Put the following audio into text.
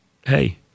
hey